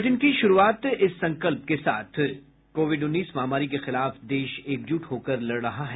bulletin की शुरूआत इस संकल्प के साथ कोविड उन्नीस महामारी के खिलाफ देश एकजुट होकर लड़ रहा है